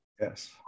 Yes